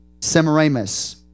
Semiramis